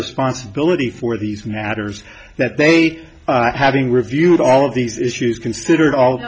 responsibility for these matters that they having reviewed all of these issues considered all